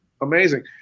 amazing